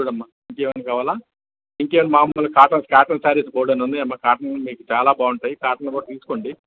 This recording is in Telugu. చూడు అమ్మా ఇంకా ఏమన్నా కావాలా ఇంకా ఏం మాములు కాటన్స్ కాటన్ సారీస్ బోలెడు అన్ని ఉన్నాయి అమ్మా కాటన్ మీకు చాలా బాగుంటాయి కాటన్ కూడా తీసుకోండి